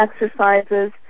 exercises